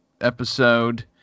episode